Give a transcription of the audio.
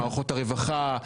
מערכות הרווחה,